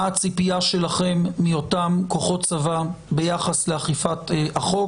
מה הציפייה שלכם מאותם כוחות צבא ביחס לאכיפת החוק,